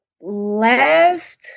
last